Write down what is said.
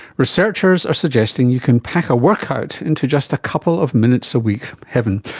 researchers are suggesting you can pack a workout into just a couple of minutes a week. heaven.